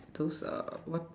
those err what